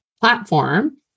platform